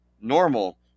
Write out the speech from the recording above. normal